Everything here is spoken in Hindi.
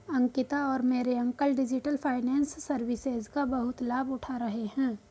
अंकिता और मेरे अंकल डिजिटल फाइनेंस सर्विसेज का बहुत लाभ उठा रहे हैं